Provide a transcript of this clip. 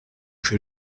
que